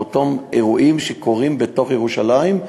באותם אירועים שקורים בתוך ירושלים,